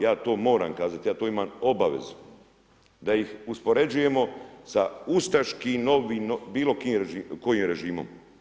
Ja to moram kazati, ja to imam obavezu da ih uspoređujemo sa ustaškim novim, bilo kojim režimom.